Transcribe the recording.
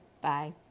Bye